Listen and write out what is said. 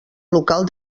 local